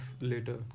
later